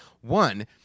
One